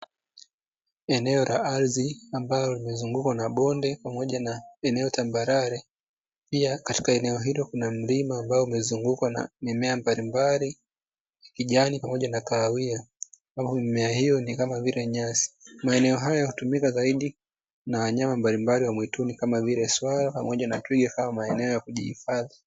Eneo la ardhi ambalo limezungukwa na bonde pamoja na eneo tambarare, pia katika eneo hilo kuna mlima ambao umezungukwa na mimea mbalimbali ya kijani pamoja na kahawia, ambapo mimea hiyo ni kama nyasi maeneo hapo hutumika zaidi na wanyma mabalimbali wa mwituni kama vile swala pamoja na twiga kama maeneoya kujihifadhi.